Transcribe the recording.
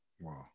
Wow